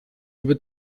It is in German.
über